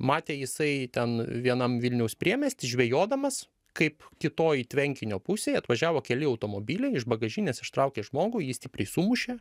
matė jisai ten vienam vilniaus priemiesty žvejodamas kaip kitoj tvenkinio pusėj atvažiavo keli automobiliai iš bagažinės ištraukė žmogų jį stipriai sumušė